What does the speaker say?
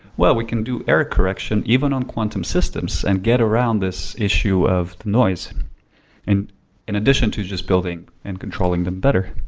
well, we can do error connections even on quantum systems and get around this issue of noise and in addition to just building and controlling them better.